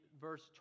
verse